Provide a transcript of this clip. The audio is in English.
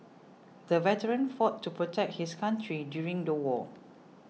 the veteran fought to protect his country during the war